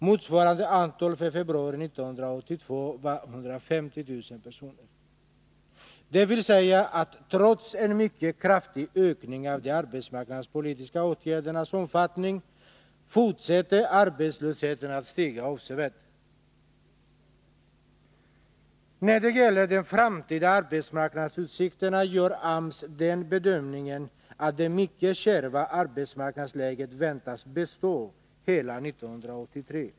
Motsvarande antal för februari 1982 var 150 000 personer, dvs. att arbetslösheten, trots en mycket kraftig ökning av de arbetsmarknadspolitiska åtgärdernas omfattning, fortsätter att stiga avsevärt. När det gäller de framtida arbetsmarknadsutsikterna gör AMS bedömningen, att det mycket kärva arbetsmarknadsläget väntas bestå hela 1983.